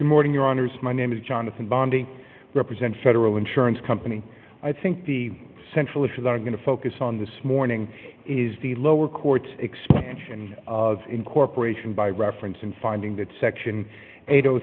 good morning your honor is my name is jonathan bondi represent federal insurance company i think the central issues are going to focus on this morning is the lower court's expansion of incorporation by reference and finding that section eight